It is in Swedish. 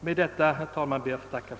Jag ber att få tacka för ordet.